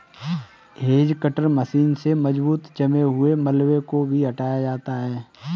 hedge cutter machine से मजबूत जमे हुए मलबे को भी हटाया जाता है